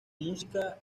música